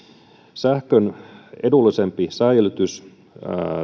sähkön edullisempi säilytys